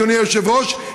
אדוני היושב-ראש,